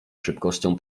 szybkością